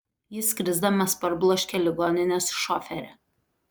jis krisdamas parbloškė ligoninės šoferę